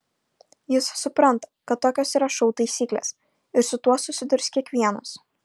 jis supranta kad tokios yra šou taisyklės ir su tuo susidurs kiekvienas